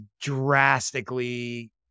drastically